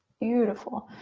beautiful.